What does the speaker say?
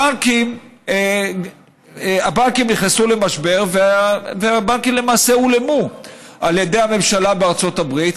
הבנקים נכנסו למשבר והבנקים למעשה הולאמו על ידי הממשלה בארצות הברית,